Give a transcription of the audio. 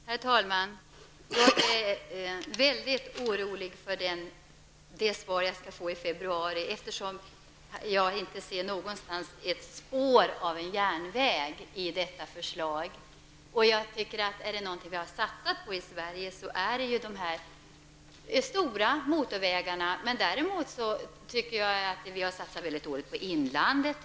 Herr talman! Jag är väldigt orolig för det svar som jag skall få i februari, eftersom jag inte någonstans kan se något spår av satsning på järnvägar i detta förslag. Är det någonting som man har satsat på i Sverige, är det de stora motorvägarna. Däremot har det satsats väldigt dåligt på inlandet.